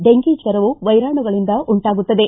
dengue ಜ್ವರವು ವೈರಾಣುಗಳಿಂದ ಉಂಟಾಗುತ್ತದೆ